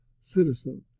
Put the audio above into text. citizen